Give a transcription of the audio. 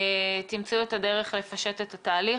תמצאו את הדרך לפשט את התהליך.